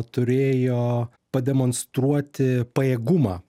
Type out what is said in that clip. turėjo pademonstruoti pajėgumą